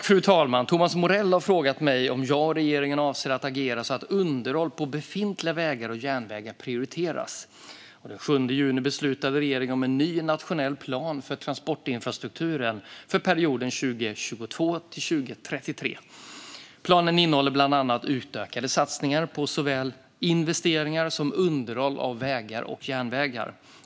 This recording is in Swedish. Fru talman! Thomas Morell har frågat mig om jag och regeringen avser att agera så att underhåll på befintliga vägar och järnvägar prioriteras. Den 7 juni beslutade regeringen om en ny nationell plan för transportinfrastrukturen avseende perioden 2022-2033. Planen innehåller bland annat utökade satsningar på såväl investeringar som underhåll av vägar och järnvägar.